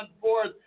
fourth